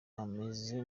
ameze